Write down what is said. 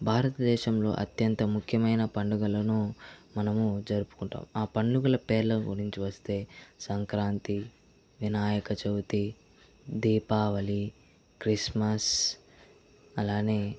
భారతదేశంలో అత్యంత ముఖ్యమైన పండుగలను మనము జరుపుకుంటాం ఆ పండుగల పేర్లను గురించి వస్తే సంక్రాంతి వినాయకచవితి దీపావళి క్రిస్మస్ అలానే